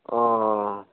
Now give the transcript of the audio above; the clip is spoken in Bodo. अ